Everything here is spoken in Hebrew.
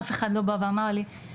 אף אחד לא בא ואמר לי 'בואי,